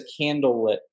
candlelit